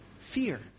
Fear